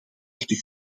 echter